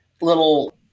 little